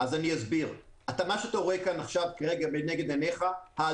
אז אני אסביר: מה שאתה רואה כאן לנגד עיניך הנקודות